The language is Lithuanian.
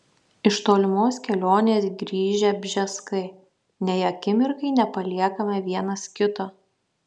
iš tolimos kelionės grįžę bžeskai nei akimirkai nepaliekame vienas kito